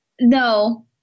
No